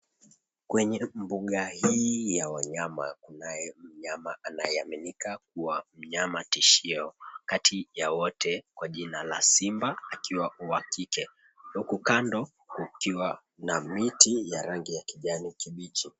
Kwenye mbuga hii ya wanyama kunae mnyama anaeaminika kua mnyama tishio kati ya wote kwa jina la simba akiwa wa kike huku kando kukuwa na miti ya rangi ya kijani kibichi.